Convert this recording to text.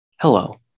Hello